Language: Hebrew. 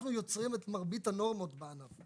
אנחנו יוצרים את מרבית הנורמות בענף.